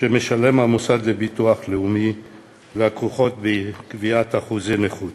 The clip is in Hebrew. שמשלם המוסד לביטוח לאומי וכרוכות בקביעת אחוזי נכות: